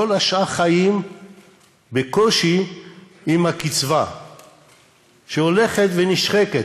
כל השאר חיים בקושי עם הקצבה שהולכת ונשחקת.